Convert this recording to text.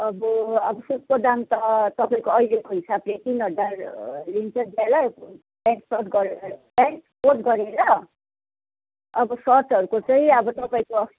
अब अब सुटको दाम त तपाईँको अहिलेको हिसाबले तिन हजार लिन्छ ज्याला प्यान्ट सर्ट गरेर प्यान्ट कोट गरेर अब सर्टहरूको चाहिँ अब तपाईँको